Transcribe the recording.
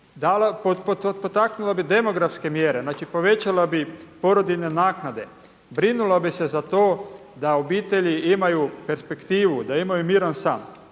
potaknula bi demografske mjere, znači povećala bi porodiljne naknade, brinula bi se za to da obitelji imaju perspektivu, da imaju miran san.